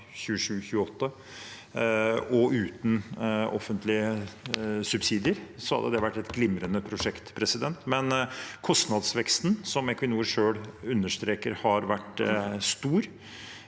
og uten offentlige subsidier, hadde det vært et glimrende prosjekt. Men på grunn av kostnadsveksten, som Equinor selv understreker har vært stor,